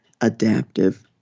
adaptive